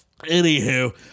Anywho